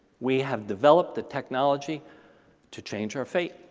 we have developed the technology to change our fate.